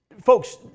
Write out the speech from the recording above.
folks